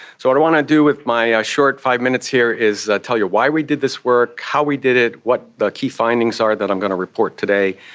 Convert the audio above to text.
so what i want to do with my ah short five minutes here is tell you why we did this work, how we did it, what the key findings are that i'm going to report today,